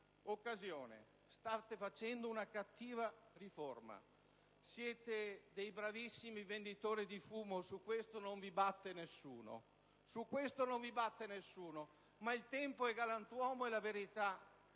un'occasione e state facendo una cattiva riforma. Siete dei bravissimi venditori di fumo: su questo non vi batte nessuno! Il tempo, però, è galantuomo e la verità